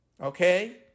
Okay